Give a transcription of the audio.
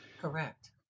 Correct